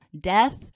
death